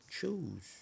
choose